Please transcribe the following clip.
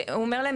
הוא אומר להם,